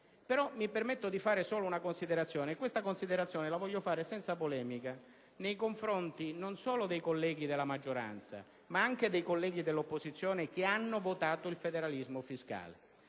Mi permetto però di fare solo una considerazione, e la voglio fare senza polemica nei confronti non solo dei colleghi della maggioranza, ma anche di quelli dell'opposizione che hanno votato il federalismo fiscale.